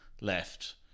left